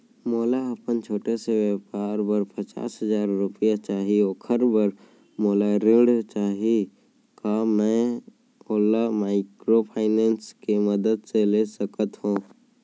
मोला अपन छोटे से व्यापार बर पचास हजार रुपिया चाही ओखर बर मोला ऋण चाही का मैं ओला माइक्रोफाइनेंस के मदद से ले सकत हो?